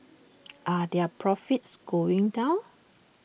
are their profits going down